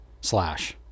Slash